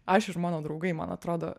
aš ir mano draugai man atrodo